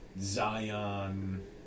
Zion